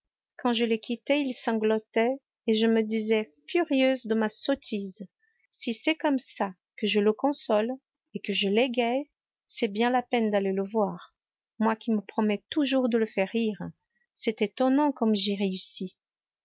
quand je l'ai quitté il sanglotait et je me disais furieuse de ma sottise si c'est comme ça que je le console et que je l'égaie c'est bien la peine d'aller le voir moi qui me promets toujours de le faire rire c'est étonnant comme j'y réussis